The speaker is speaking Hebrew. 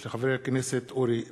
של חבר הכנסת אורי אורבך.